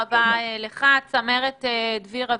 צמרת דביר אביבי,